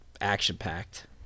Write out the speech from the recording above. action-packed